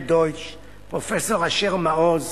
פרופסור אשר מעוז,